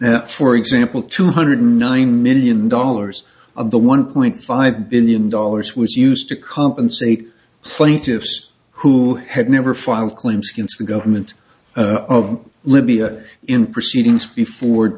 now for example two hundred nine million dollars of the one point five billion dollars was used to compensate plaintiffs who had never filed claims against the government of libya in proceedings before